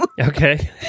Okay